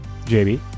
JB